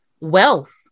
wealth